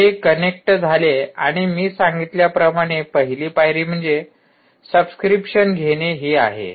तर हे कनेक्ट झाले आणि मी सांगितल्याप्रमाणे पहिली पायरी म्हणजे सबस्क्रिप्शन घेणे ही आहे